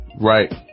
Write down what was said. Right